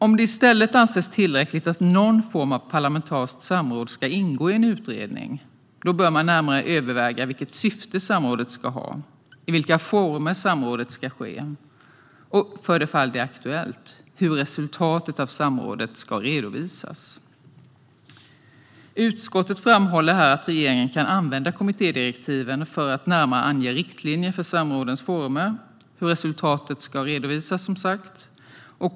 Om det i stället anses tillräckligt att någon form av parlamentariskt samråd ska ingå i en utredning bör man närmare överväga vilket syfte samrådet ska ha, i vilka former samrådet ska ske och, för det fall det är aktuellt, hur resultatet av samrådet ska redovisas. Utskottet framhåller här att regeringen kan använda kommittédirektiven för att närmare ange riktlinjer för samrådens former och hur resultatet ska redovisas.